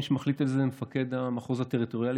מי שמחליט על זה זה מפקד המחוז הטריטוריאלי,